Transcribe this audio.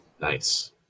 nice